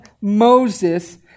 Moses